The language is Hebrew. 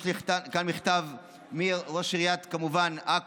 יש לי כאן מכתב מראש עיריית עכו,